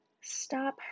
Stop